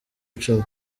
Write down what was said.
icumi